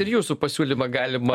ir jūsų pasiūlymą galima